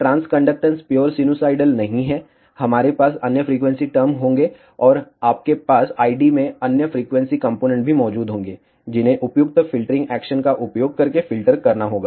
transconduction pure sinusoidal नहीं है हमारे पास अन्य फ्रीक्वेंसी टर्म होंगे और आपके पास ID में अन्य फ्रीक्वेंसी कॉम्पोनेन्ट भी मौजूद होंगे जिन्हें उपयुक्त फ़िल्टरिंग एक्शन का उपयोग करके फ़िल्टर करना होगा